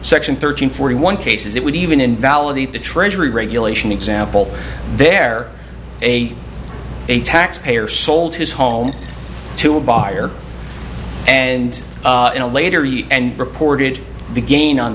section thirteen forty one cases it would even invalidate the treasury regulation example there a a taxpayer sold his home to a buyer and later and reported the gain on